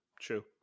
true